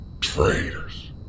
Traitors